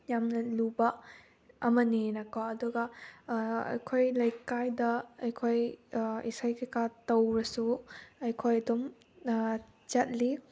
ꯌꯥꯝꯅ ꯂꯨꯕ ꯑꯃꯅꯤꯅꯀꯣ ꯑꯗꯨꯒ ꯑꯩꯈꯣꯏ ꯂꯩꯀꯥꯏꯗ ꯑꯩꯈꯣꯏ ꯏꯁꯩ ꯀꯩꯀꯥ ꯇꯧꯔꯁꯨ ꯑꯩꯈꯣꯏ ꯑꯗꯨꯝ ꯆꯠꯂꯤ